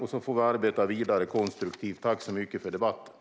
Sedan får vi arbeta vidare konstruktivt. Tack så mycket för debatten!